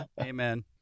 Amen